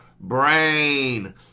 brain